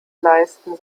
leisten